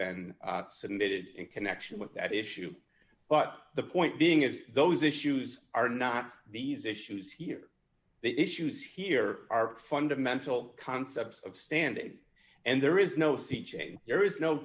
been submitted in connection with that issue but the point being is those issues are not these issues here the issues here are fundamental concepts of standing and there is no sea change there is no